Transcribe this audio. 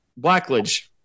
Blackledge